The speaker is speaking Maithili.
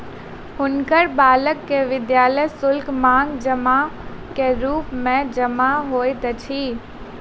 हुनकर बालक के विद्यालय शुल्क, मांग जमा के रूप मे जमा होइत अछि